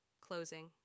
Closing